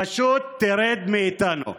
פשוט תרד מאיתנו.